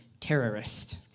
terrorist